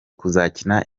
kuzakina